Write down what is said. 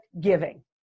giving